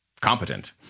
competent